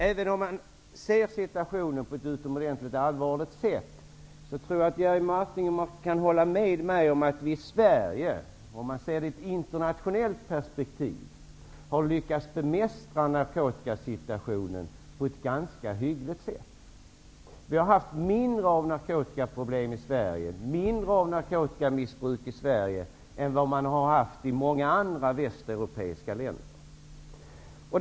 Även om man ser på situationen på ett utomordentligt allvarligt sätt, tror jag att Jerry Martinger kan hålla med mig om att vi i Sverige, sett ur ett internationellt perspektiv, har lyckats bemästra narkotikasituationen på ett ganska hyggligt sätt. Narkotikaproblemen och narkotikamissbruket i Sverige har varit mindre än i många andra västeuropeiska länder.